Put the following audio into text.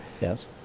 yes